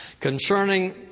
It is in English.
concerning